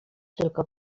tylko